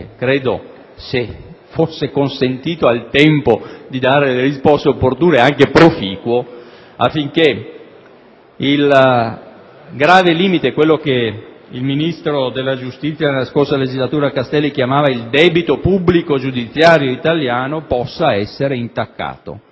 credo - se fosse consentito al tempo di dare le risposte opportune - anche proficuo affinché il grave limite, quello che il ministro della giustizia nella scorsa legislatura, Castelli, chiamava il debito pubblico giudiziario italiano potesse essere intaccato.